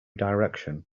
direction